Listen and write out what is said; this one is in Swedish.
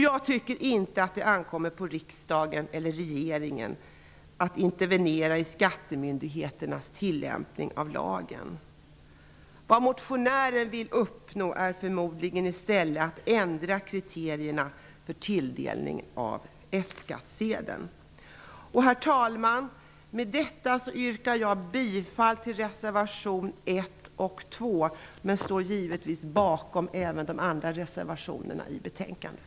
Jag tycker inte att det ankommer på riksdagen eller regeringen att intervenera i skattemyndigheternas tillämpning av lagen. Vad motionären vill uppnå är förmodligen i stället att ändra kriterierna för tilldelning av F-skattsedel. Med dessa ord yrkar jag bifall till reservation 1 och 2, men jag står givetvis bakom även de andra reservationerna till betänkandet.